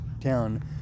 Town